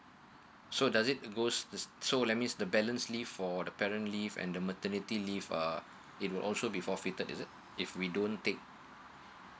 so does it goes so that's mean the balance leave for the parent leave and the maternity leave uh it will also be forfeited is it if we don't take